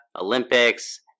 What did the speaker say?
Olympics